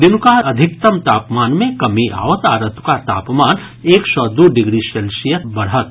दिनुका अधिकतम तापमान मे कमी आओत आ रतुका तापमान एक सँ दू डिग्री सेल्सियस बढ़त